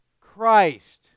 Christ